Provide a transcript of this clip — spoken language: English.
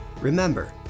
Remember